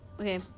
okay